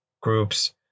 groups